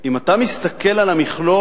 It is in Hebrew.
אם אתה מסתכל על המכלול,